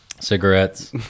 Cigarettes